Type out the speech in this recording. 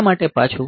શા માટે પાછું